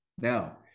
Now